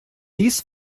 these